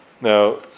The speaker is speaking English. Now